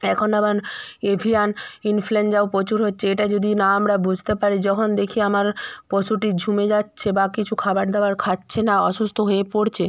এখন আবার এভিয়ান ইনফ্লুয়েঞ্জাও প্রচুর হচ্ছে এটা যদি না আমরা বুঝতে পারি যখন দেখি আমার পশুটি ঝুমে যাচ্ছে বা কিছু খাবার দাবার খাচ্ছে না অসুস্থ হয়ে পড়ছে